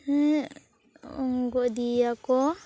ᱦᱮᱸ ᱜᱚᱜ ᱤᱫᱤᱭᱮᱭᱟᱠᱚ